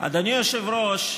אדוני היושב-ראש,